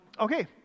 Okay